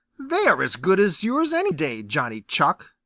they are as good as yours any day, johnny chuck.